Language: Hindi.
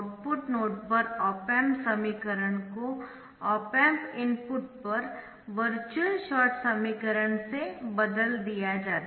आउटपुट नोड पर ऑप एम्प समीकरण को ऑप एम्प इनपुट पर वर्चुअल शॉर्ट समीकरण से बदल दिया जाता है